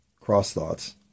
cross-thoughts